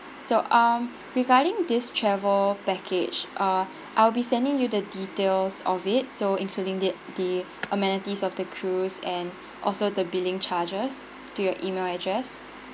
so um regarding this travel package uh I'll be sending you the details of it so including it the amenities of the cruise and also the billing charges to your email address